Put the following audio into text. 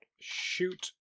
Shoot